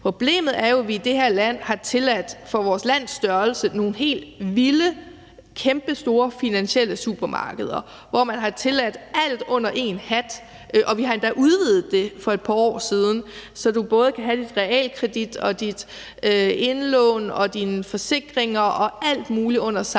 Problemet er jo, at vi i det her land har tilladt nogle for vores lands størrelse helt vilde, kæmpestore finansielle supermarkeder, hvor vi har tilladt at have alt under en hat, og vi har endda for et par år siden udvidet det, så du både kan have dit realkreditlån, dit indlån og dine forsikringer og alt muligt under samme hat.